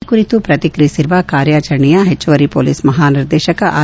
ಈ ಕುರಿತು ಪ್ರತಿಕ್ರಿಯಿಸಿರುವ ಕಾರ್ಯಚರಣೆಯ ಹೆಚ್ಚುವರಿ ಪೊಲೀಸ್ ಮಹಾ ನಿರ್ದೇಶಕ ಆರ್